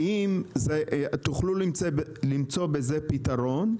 האם תוכלו למצוא בזה פתרון,